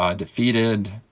ah defeated,